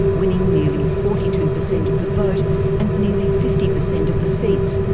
winning nearly forty two percent of the vote and nearly fifty percent of the seats,